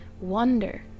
wonder